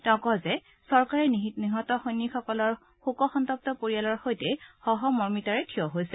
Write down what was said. তেওঁ কয় যে চৰকাৰে নিহত সৈনিকসকলৰ শোক সন্তপ্ত পৰিয়ালৰ সৈতে সহমৰ্মিতাৰে থিয় দিছে